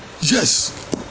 Yes